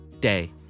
day